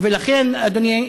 אדוני,